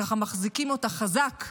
ככה, מחזיקים אותה חזק,